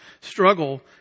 struggle